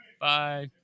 Bye